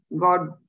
God